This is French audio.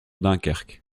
dunkerque